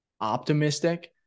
optimistic